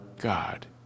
God